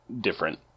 different